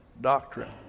doctrine